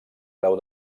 grau